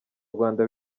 rwanda